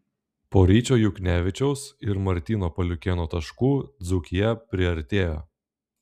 po ryčio juknevičiaus ir martyno paliukėno taškų dzūkija priartėjo